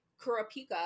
Kurapika